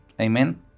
Amen